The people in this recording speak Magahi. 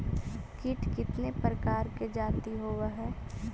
कीट कीतने प्रकार के जाती होबहय?